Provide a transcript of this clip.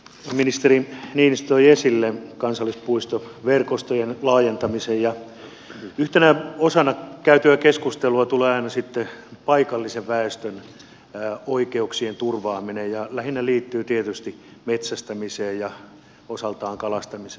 ministeri niinistö toi esille kansallispuistoverkostojen laajentamisen ja yhtenä osana käytyä keskustelua tulee aina sitten esille paikallisen väestön oikeuksien turvaaminen ja lähinnä se liittyy tietysti metsästämiseen ja osaltaan kalastamiseen